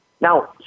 Now